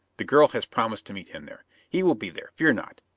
the girl has promised to meet him there. he will be there, fear not.